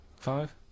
Five